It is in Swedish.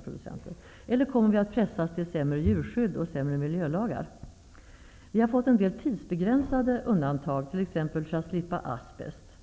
producenter köptrogna, kommer vi att pressas till sämre djurskydd och sämre miljölagar? Vi har fått en del tidsbegränsade undantag t.ex för att slippa asbets.